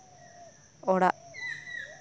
ᱚᱲᱟᱜ